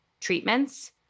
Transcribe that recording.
treatments